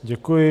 Děkuji.